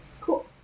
Cool